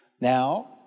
Now